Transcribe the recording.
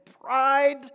pride